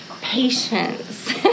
patience